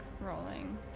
rolling